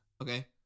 Okay